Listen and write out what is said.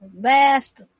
last